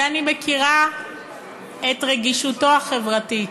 שאני מכירה את רגישותו החברתית: